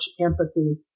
empathy